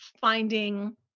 finding